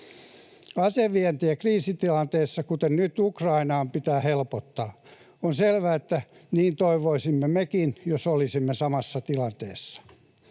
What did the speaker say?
Asevientiä kriisitilanteessa, kuten nyt Ukrainaan, pitää helpottaa. On selvää, että niin toivoisimme mekin, jos olisimme samassa tilanteessa.